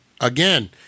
Again